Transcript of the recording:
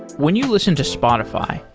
when you listen to spotify,